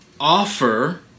offer